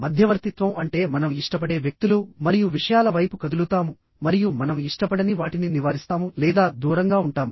మధ్యవర్తిత్వం అంటే మనం ఇష్టపడే వ్యక్తులు మరియు విషయాల వైపు కదులుతాము మరియు మనం ఇష్టపడని వాటిని నివారిస్తాము లేదా దూరంగా ఉంటాము